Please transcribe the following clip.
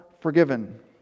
forgiven